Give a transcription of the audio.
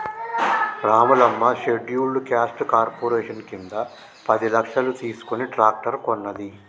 Ramulamma scheduled caste corporation కింద పది లక్షలు తీసుకుని ట్రాక్టర్ కొన్నది